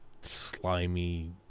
slimy